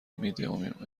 مید